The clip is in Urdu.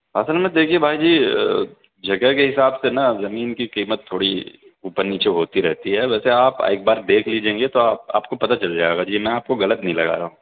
اصل میں دیکھیے بھائی جی جگہ کے حساب سے نا زمین کی قیمت تھوڑی اوپر نیچے ہوتی رہتی ہے ویسے آپ ایک بار دیکھ لیجیے گے تو آپ آپ کو پتا چل جائے گا جی میں آپ کو غلط نہیں لگا رہا ہوں